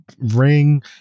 ring